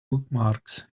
bookmarks